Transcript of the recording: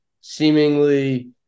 seemingly